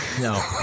No